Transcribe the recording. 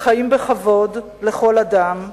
חיים בכבוד לכל אדם,